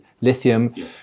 lithium